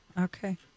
Okay